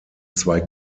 zwei